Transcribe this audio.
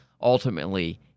ultimately